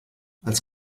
als